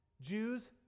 Jews